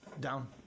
down